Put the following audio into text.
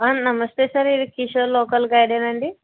నమస్తే సార్ ఇది కిషోర్ లోకల్ గైడేనా అండి